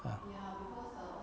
ha